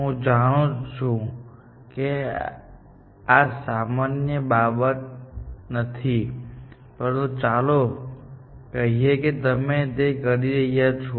હું જાણું છું કે આ સામાન્ય બાબત નથી પરંતુ ચાલો કહીએ કે તમે તે કરી રહ્યા છો